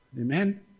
amen